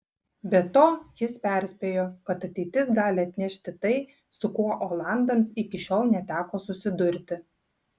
be to ji perspėjo kad ateitis gali atnešti tai su kuo olandams iki šiol neteko susidurti